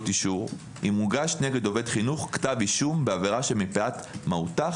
אישור אם הוגש נגד עובד חינוך כתב אישום בעבירה שמפאת מהותה,